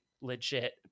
legit